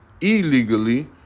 illegally